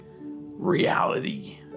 reality